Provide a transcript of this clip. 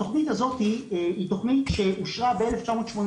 התוכנית הזאת היא תוכנית שאושרה ב-1983,